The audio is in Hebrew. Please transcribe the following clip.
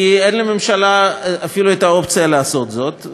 כי אין לממשלה אפילו האופציה לעשות זאת,